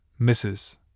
Mrs